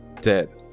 Dead